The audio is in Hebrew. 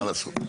מה לעשות?